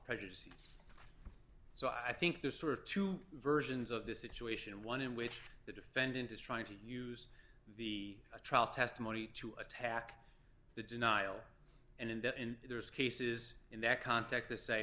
prejudices so i think there's sort of two versions of this situation and one in which the defendant is trying to use the trial testimony to attack the denial and in the end there's cases in that context the say